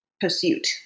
pursuit